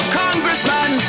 congressman